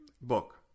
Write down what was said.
book